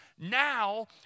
now